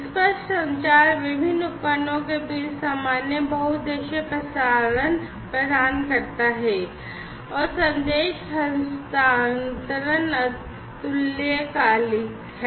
स्पष्ट संचार विभिन्न उपकरणों के बीच सामान्य बहुउद्देशीय प्रसारण प्रदान करता है और संदेश हस्तांतरण अतुल्यकालिक है